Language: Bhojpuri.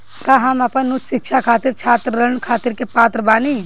का हम अपन उच्च शिक्षा खातिर छात्र ऋण खातिर के पात्र बानी?